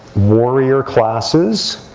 warrior classes,